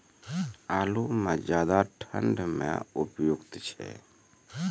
आलू म ज्यादा ठंड म उपयुक्त छै?